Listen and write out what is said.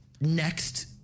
next